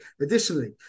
Additionally